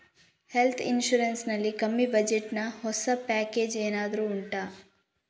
health insurance ನಲ್ಲಿ ಕಮ್ಮಿ budget ನ ಹೊಸ ಪ್ಯಾಕೇಜ್ ಏನಾದರೂ ಉಂಟಾ